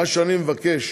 מה שאני מבקש